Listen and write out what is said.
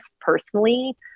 personally